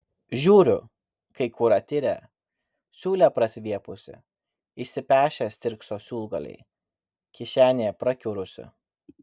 žiūriu kai kur atirę siūlė prasiviepusi išsipešę stirkso siūlgaliai kišenė prakiurusi